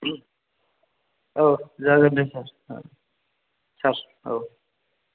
औ जागोन दे सार औ सार औ